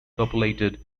populated